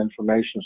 information